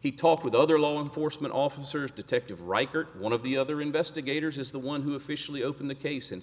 he talked with other law enforcement officers detective reichert one of the other investigators is the one who officially opened the case in